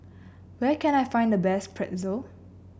where can I find the best Pretzel